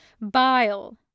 bile